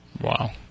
Wow